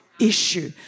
issue